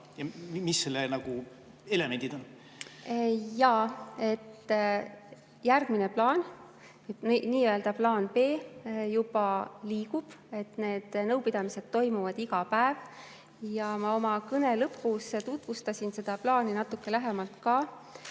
Mis selle elemendid on? Jaa, järgmine plaan, nii-öelda plaan B juba liigub edasi. Need nõupidamised toimuvad iga päev. Ma oma kõne lõpus tutvustasin seda plaani natuke lähemalt ka.